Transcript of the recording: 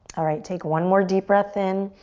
alright, take one more deep breath in.